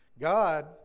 God